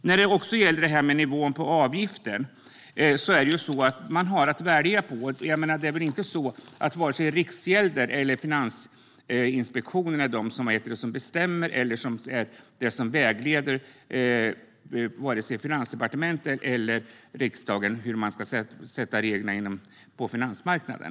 När det gäller nivån på avgiften är det varken Riksgälden eller Finansinspektionen som bestämmer eller vägleder Finansdepartementet eller riksdagen när det gäller hur man ska sätta reglerna på finansmarknaden.